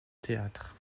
théâtre